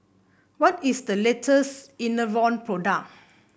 what is the laters Enervon product